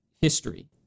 history